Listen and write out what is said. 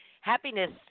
happiness